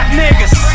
niggas